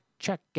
Check